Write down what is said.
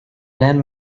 lend